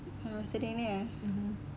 oh sedihnya